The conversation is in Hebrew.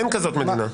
אין כזאת מדינה.